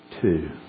two